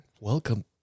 welcome